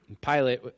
Pilate